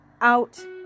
out